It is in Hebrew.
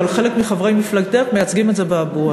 אבל חלק מחברי מפלגתך מייצגים את זה באבוה,